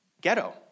ghetto